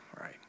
right